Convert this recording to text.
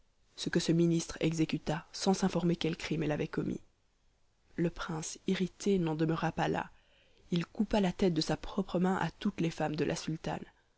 ce que ce ministre exécuta sans s'informer quel crime elle avait commis le prince irrité n'en demeura pas là il coupa la tête de sa propre main à toutes les femmes de la sultane